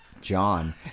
John